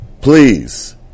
please